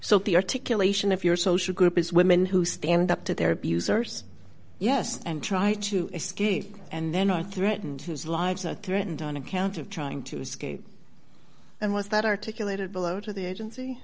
the articulation of your social group is women who stand up to their abusers yes and try to escape and then are threatened whose lives are threatened on account of trying to escape and was that articulated below to the agency